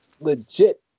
legit